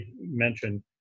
mentioned